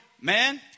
man